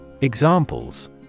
Examples